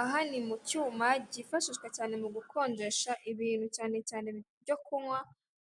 Aha ni mu cyuma cyifashishwa cyane mu gukonjesha ibintu cyane cyane byo kunywa,